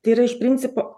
tai yra iš principo